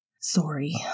Sorry